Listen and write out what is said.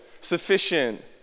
sufficient